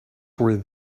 then